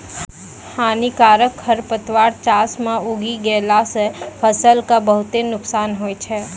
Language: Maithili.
हानिकारक खरपतवार चास मॅ उगी गेला सा फसल कॅ बहुत नुकसान होय छै